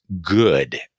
good